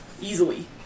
easily